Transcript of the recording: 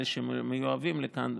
אלה שהם מיובאים לכאן,